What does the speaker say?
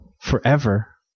forever